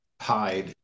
hide